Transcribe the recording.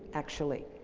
actually,